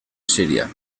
siria